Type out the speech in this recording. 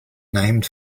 named